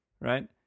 right